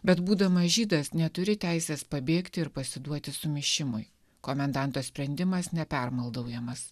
bet būdamas žydas neturi teisės pabėgti ir pasiduoti sumišimui komendanto sprendimas nepermaldaujamas